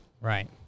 Right